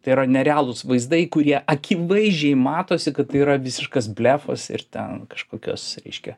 tai yra nerealūs vaizdai kurie akivaizdžiai matosi kad tai yra visiškas blefas ir ten kažkokios reiškia